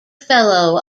fellow